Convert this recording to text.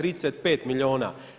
35 milijuna.